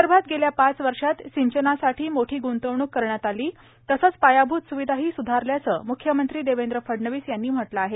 विदर्भात गेल्या पाच वर्षात सिंचनासाठी मोठी गुंतवणूक करण्यात आली तसंच पायाभूत सुविधाही सुधारल्याचं मुख्यमंत्री देवेंद्र फडणवीस यांनी म्हटलं आहे